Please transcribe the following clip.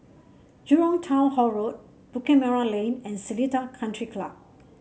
Jurong Town Hall Road Bukit Merah Lane and Seletar Country Club